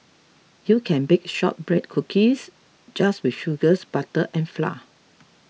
you can bake Shortbread Cookies just with sugars butter and flour